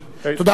תודה רבה.